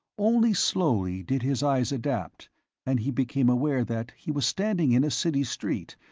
only slowly did his eyes adapt and he became aware that he was standing in a city street,